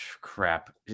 Crap